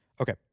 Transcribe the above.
Okay